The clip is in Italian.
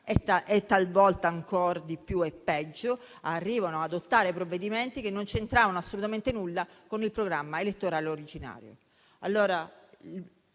e talvolta, ancor di più e peggio, arrivano ad adottare provvedimenti che non c'entravano assolutamente nulla con il programma elettorale originario.